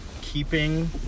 keeping